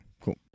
cool